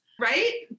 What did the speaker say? right